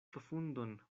profundon